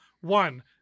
one